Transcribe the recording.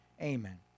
Amen